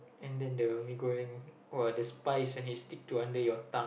and then the mee-goreng !wah! the spice when it stick to under your tongue